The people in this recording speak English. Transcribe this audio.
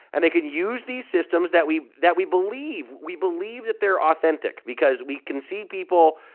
and they could use these systems that we that we believe. we believe that they're authentic because we can see people.